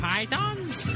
Python's